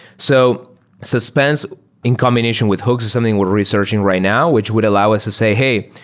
so suspense in combination with hooks is something we're researching right now, which would allow us to say, hey,